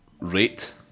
rate